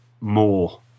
more